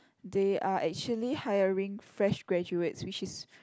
they are actually hiring fresh graduates which is